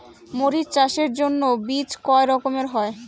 মরিচ চাষের জন্য বীজ কয় রকমের হয়?